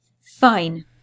Fine